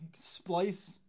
splice